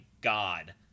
God